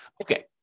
Okay